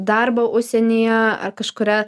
darbą užsienyje ar kažkurią